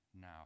now